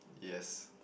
yes